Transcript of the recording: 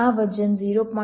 અને આ વજન 0